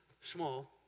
small